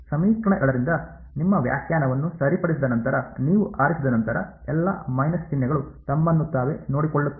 ಸಮೀಕರಣ 2 ರಿಂದ ನಿಮ್ಮ ವ್ಯಾಖ್ಯಾನವನ್ನು ಸರಿಪಡಿಸಿದ ನಂತರ ನೀವು ಆರಿಸಿದ ನಂತರ ಎಲ್ಲಾ ಮೈನಸ್ ಚಿಹ್ನೆಗಳು ತಮ್ಮನ್ನು ತಾವೇ ನೋಡಿಕೊಳ್ಳುತ್ತವೆ